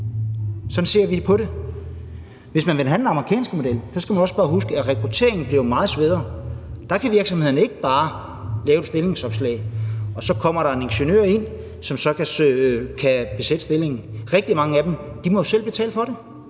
Sådan ser vi på det. Hvis man vil have den amerikanske model, skal man også bare huske, at rekrutteringen jo bliver meget sværere. Der kan virksomhederne ikke bare lave et stillingsopslag, hvorefter der så kommer en ingeniør ind, som så kan besætte stillingen. Rigtig mange af dem må jo selv betale for det.